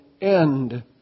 End